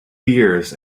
years